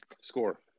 Score